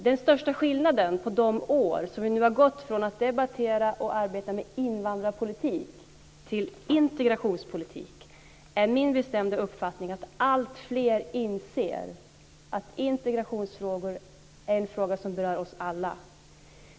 Den största skillnaden efter de år som vi har gått från att debattera och arbeta med invandrarpolitik till att arbeta med integrationspolitik är enligt min bestämda uppfattning att alltfler inser att integrationsfrågor är frågor som berör oss alla.